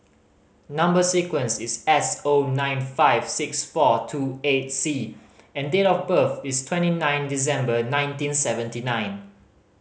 number sequence is S O nine five six four two eight C and date of birth is twenty nine December nineteen seventy nine